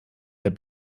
der